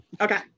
Okay